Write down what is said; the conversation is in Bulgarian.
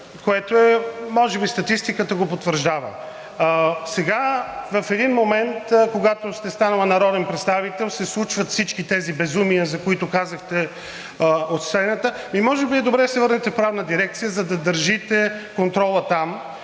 което може би статистиката го потвърждава. Сега, в един момент, когато сте станали народен представител, се случват всички тези безумия, за които казахте от сцената. Ами, може би е добре да се върнете в Правната дирекция, за да държите контрола там.